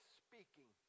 speaking